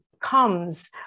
comes